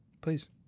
Please